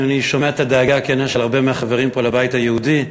אני שומע את הדאגה הכנה של הרבה מהחברים פה לבית היהודי,